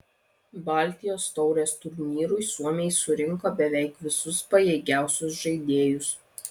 baltijos taurės turnyrui suomiai surinko beveik visus pajėgiausius žaidėjus